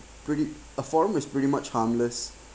pretty a forum is pretty much harmless